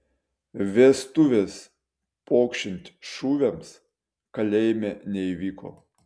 vestuvės pokšint šūviams kalėjime neįvyko